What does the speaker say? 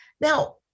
Now